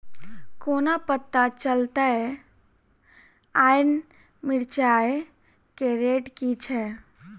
कोना पत्ता चलतै आय मिर्चाय केँ रेट की छै?